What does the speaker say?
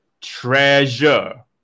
Treasure